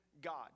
God